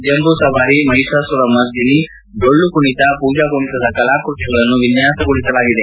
ಜಂಬೂಸವಾರಿ ಮಹಿಷಾಸುರ ಮರ್ದಿನಿ ಡೊಳ್ಳು ಕುಣಿತ ಪೂಜಾ ಕುಣಿತದ ಕಲಾಕೃತಿಗಳನ್ನು ವಿನ್ನಾಸಗೊಳಿಸಲಾಗಿದೆ